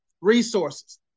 resources